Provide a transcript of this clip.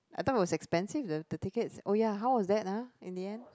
I thought was expensive the the ticket oh ya how was that ah in the end